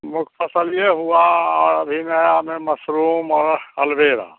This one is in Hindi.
मुख्य फ़सल यह हुआ भी मेरा मसरूम और एलो वेरा